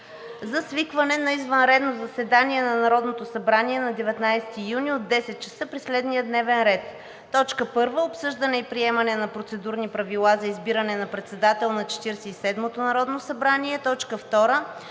за свикване на извънредно заседание на Народното събрание на 19 юни от 10,00 ч. при следния дневен ред: 1. Обсъждане и приемане на процедурни правила за избиране на председател на Четиридесет и